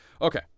Okay